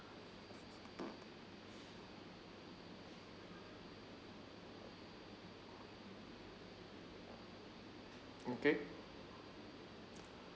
okay